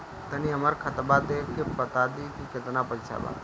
तनी हमर खतबा देख के बता दी की केतना पैसा बा?